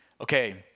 Okay